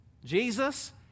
Jesus